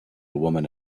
woman